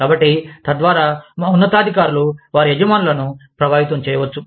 కాబట్టి తద్వారా మా ఉన్నతాధికారులు వారి యజమానులను ప్రభావితం చేయవచ్చు